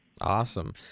Awesome